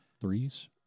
threes